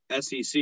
SEC